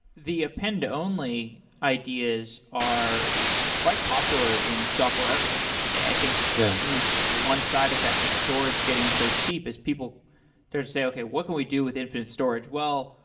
the append only ideas are quite popular in software architecture today. i think yeah this is just one side effect of storage getting so cheap, is people they're saying, okay, what can we do with infinite storage? well,